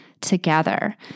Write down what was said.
together